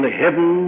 heaven